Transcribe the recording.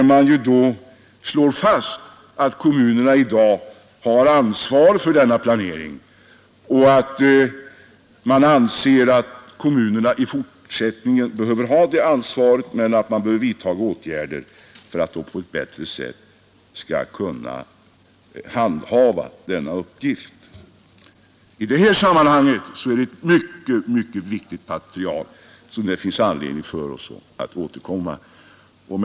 Man slår där fast att kommunerna i dag har ansvar för denna planering, och man anser att kommunerna i fortsättningen bör ha det ansvaret men att man behöver vidta åtgärder för att de på ett bättre sätt skall kunna handha denna uppgift. Det är ett i det här sammanhanget mycket, mycket viktigt material, som det finns anledning för oss att återkomma till.